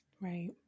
right